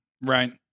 right